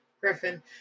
Griffin